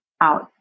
out